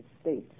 states